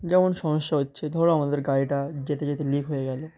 যেমন সমস্যা হচ্ছে ধরো আমাদের গাড়িটা যেতে যেতে লিক হয়ে গেল